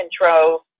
control